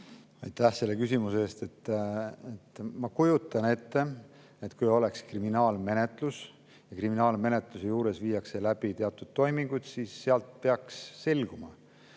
Aitäh selle küsimuse eest! Ma kujutan ette, et kui oleks kriminaalmenetlus ja kriminaalmenetluse juures viiakse läbi teatud toiminguid, siis sealt peaks selguma,